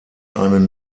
einen